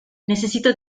necesito